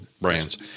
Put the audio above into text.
brands